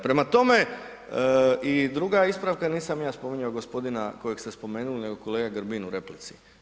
Prema tome, i druga ispravka, nisam ja spominjao g. kojega ste spomenuli nego kolega Grbin u replici.